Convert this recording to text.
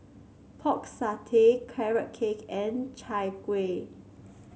Pork Satay Carrot Cake and Chai Kuih